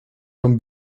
from